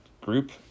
group